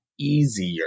Easier